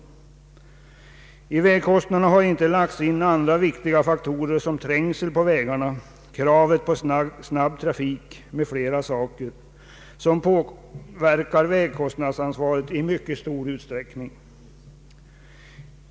I vägkostnaderna har icke lagts in andra viktiga faktorer, såsom trängsel på vägarna, kravet på snabb trafik m.fl. saker, som påverkar vägkostnadsansvaret i mycket stor utsträckning.